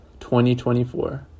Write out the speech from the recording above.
2024